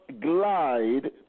glide